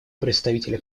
представителя